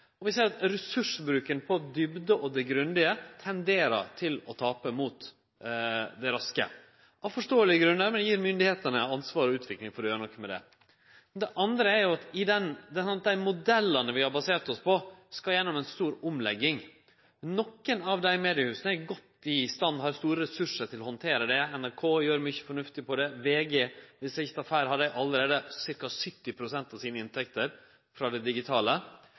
det. Vi ser at ressursbruken når det gjeld å fordjupe seg og å vere grundig, tenderer til å tape mot det raske. Det skjer av forståelege grunner, men det gjev styresmaktene ansvar for utvikling og å gjere noko med det. Dei modellane vi har basert oss på, skal gjennom ei stor omlegging. Nokre av dei mediehusa er godt i stand til det og har store ressursar til å handtere dette. NRK gjer mykje fornuftig i samband med det. Om eg ikkje tar feil, har VG allereie ca. 70 pst. av sine inntekter frå det digitale.